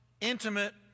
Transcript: intimate